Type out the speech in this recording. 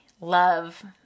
love